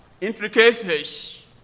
intricacies